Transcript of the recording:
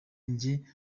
njye